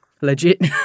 legit